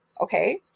Okay